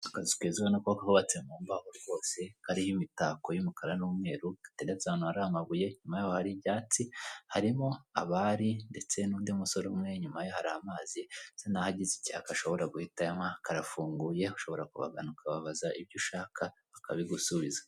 Akazu keza ubonako kubabatse mu mbaho rwose, kariho imitako y'umukara n'umweru, gateretse ahantu hari amabuye inyuma yaho hari ibyatsi, harimo abari ndetse n'undi musore umwe inyuma ye hari amazi ndetse naho agize icyaka ashobora guhita ayankwa, karafunguye ushobora kubagana ukabaza ibyo ushaka bakabigusubiza.